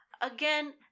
Again